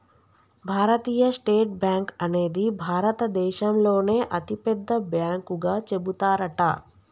భారతీయ State Bank అనేది భారత దేశంలోనే అతి పెద్ద బ్యాంకు గా చెబుతారట